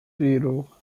zero